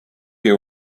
you